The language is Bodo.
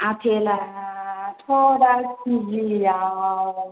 आपेलाथ' दा किजिआव